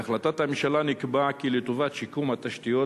בהחלטת הממשלה נקבע כי לטובת שיקום התשתיות,